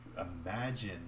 imagine